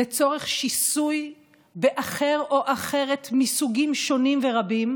לצורך שיסוי באחר או אחרת מסוגים שונים ורבים,